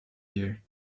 you